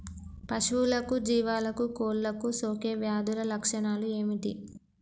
పశువులకు జీవాలకు కోళ్ళకు సోకే వ్యాధుల లక్షణాలు ఏమిటి?